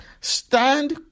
Stand